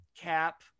Cap